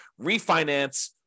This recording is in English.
refinance